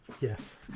Yes